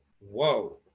whoa